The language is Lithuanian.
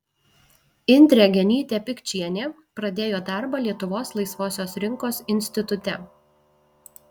indrė genytė pikčienė pradėjo darbą lietuvos laisvosios rinkos institute